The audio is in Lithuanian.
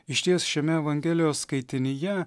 išties šiame evangelijos skaitinyje